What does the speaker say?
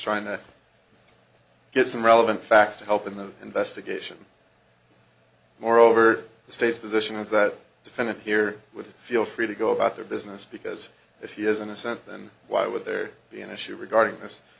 trying to get some relevant facts to help in the investigation moreover the state's position is that defendant here would feel free to go about their business because if he is innocent then why would there be an issue regarding this